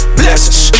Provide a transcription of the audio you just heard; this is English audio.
blessings